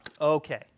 Okay